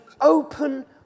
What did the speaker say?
open